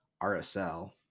rsl